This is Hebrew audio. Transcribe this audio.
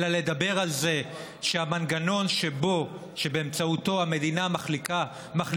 אלא לדבר על זה שהמנגנון שבאמצעותו המדינה מחליטה